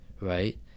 right